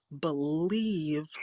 believe